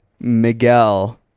miguel